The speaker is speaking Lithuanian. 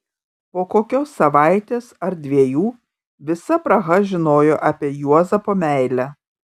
po kokios savaitės ar dviejų visa praha žinojo apie juozapo meilę